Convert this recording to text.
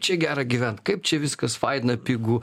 čia gera gyvent kaip čia viskas faina pigu